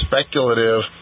speculative